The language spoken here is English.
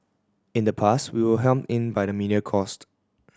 in the past we were hemmed in by media cost